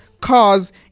cars